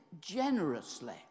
generously